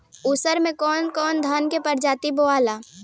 उसर मै कवन कवनि धान के प्रजाति बोआला?